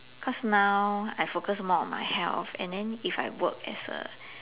cause now I focus more on my health and then if I work as a